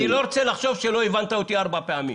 ואני לא רוצה לחשוב שלא הבנת אותי ארבע פעמים.